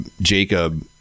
Jacob